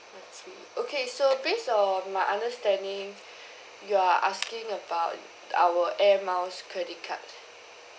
I see okay so based on my understanding you're asking about our air miles credit card